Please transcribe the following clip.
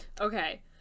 Okay